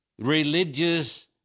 religious